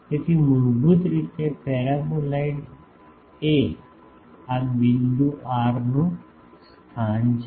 તેથી મૂળભૂત રીતે પેરાબોલોઇડ એ આ બિંદુ r નું સ્થાન છે